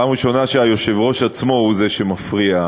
פעם ראשונה שהיושב-ראש עצמו הוא שמפריע.